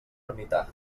ermità